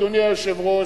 אדוני היושב-ראש,